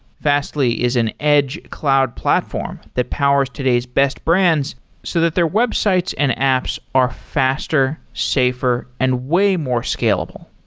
fastly is an edge cloud platform that powers today's best brands so that their websites and apps are faster, safer and way more scalable.